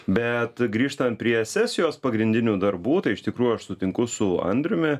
bet grįžtant prie sesijos pagrindinių darbų tai iš tikrųjų aš sutinku su andriumi